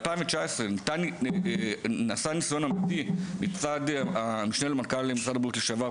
ב-2019 נעשה ניסיון אמיתי מצד המשנה למנכ"ל משרד הבריאות לשעבר,